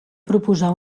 proposar